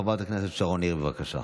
חברת הכנסת שרון ניר, בבקשה.